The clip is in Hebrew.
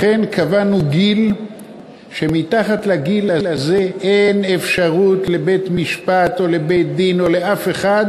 לכן קבענו גיל שמתחתיו אין אפשרות לבית-משפט או לבית-דין או לאף אחד